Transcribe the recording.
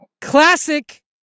Classic